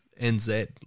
NZ